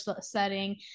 setting